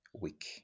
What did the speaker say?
week